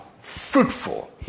fruitful